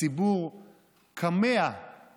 הציבור כָּמֵהַּ,